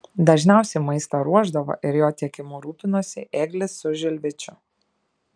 dažniausiai maistą ruošdavo ir jo tiekimu rūpinosi ėglis su žilvičiu